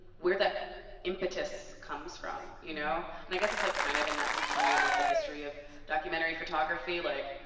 where that impetus comes from, you know? and i guess it's like kind of in that continuum of the history of documentary photography. like,